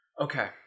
Okay